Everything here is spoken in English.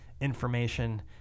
information